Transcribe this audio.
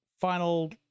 final